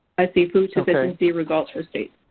i see food sufficiency results for states.